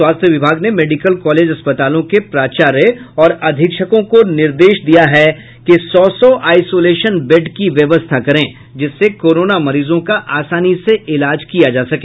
स्वास्थ्य विभाग ने मेडिकल कॉलेज अस्पतालों के प्राचार्य और अधीक्षकों को निर्देश दिया है कि सौ सौ आइसोलेशन बेड की व्यवस्था करें जिससे कोरोना मरीजों का आसानी से इलाज किया जा सके